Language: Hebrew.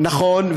נכון.